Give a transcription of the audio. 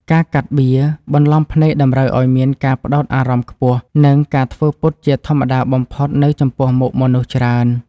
ការកាត់បៀ បន្លំភ្នែកតម្រូវឱ្យមានការផ្តោតអារម្មណ៍ខ្ពស់ និង ការធ្វើពុតជាធម្មតាបំផុតនៅចំពោះមុខមនុស្សច្រើន។